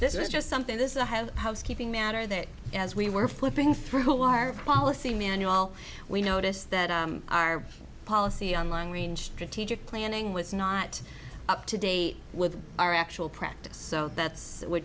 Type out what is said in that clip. this is just something this is a have housekeeping matter that as we were flipping through our policy manual we noticed that our policy on lying range strategic planning was not up to date with our actual practice so that's we're